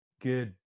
good